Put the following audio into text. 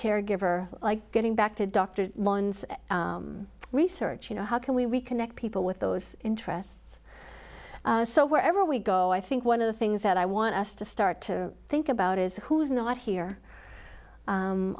caregiver like getting back to doctor research you know how can we reconnect people with those interests so wherever we go i think one of the things that i want us to start to think about is who's not here